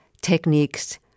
techniques